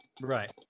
Right